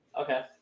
Okay